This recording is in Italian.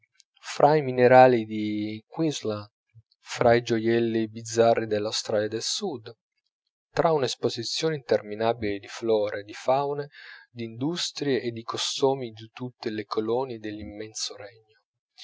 fra i minerali di queensland fra i gioielli bizzarri dell'australia del sud tra un'esposizione interminabile di flore di faune di industrie e di costumi di tutte le colonie dell'immenso regno